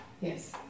Yes